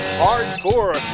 hardcore